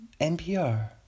NPR